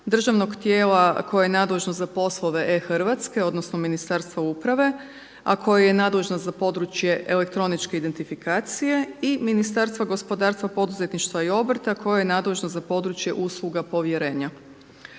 Državnog tijela koje je nadležno za poslove e-Hrvatske, odnosno Ministarstva uprave a koje je nadležno za područje elektroničke identifikacije i Ministarstva gospodarstva, poduzetništva i obrta koje je nadležno za područje usluga povjerenja.